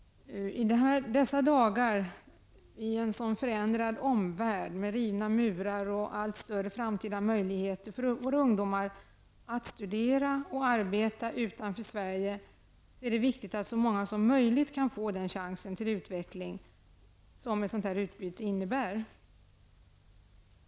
I dessa dagar med stora förändringar i vår omvärld, med rivna murar och med allt större framtida möjligheter för våra ungdomar att studera och arbeta utanför Sverige, är det viktigt att så många som möjligt kan få den chans till utveckling som ett sådant utbyte kan innebära.